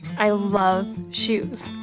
i love shoes.